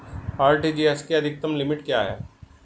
RTGS की अधिकतम limit क्या है?